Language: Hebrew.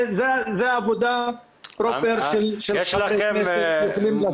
זה עבודה פרופר של חברי כנסת שיכולים להשפיע על זה.